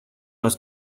los